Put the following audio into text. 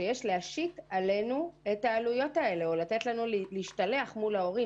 שיש להשית עלינו את העלויות או לתת לנו לריב עם ההורים,